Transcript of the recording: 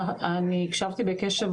אני הקשבתי בקשב